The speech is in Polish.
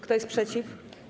Kto jest przeciw?